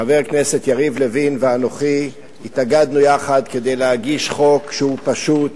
חבר הכנסת יריב לוין ואנוכי התאגדנו יחד כדי להגיש חוק שהוא פשוט,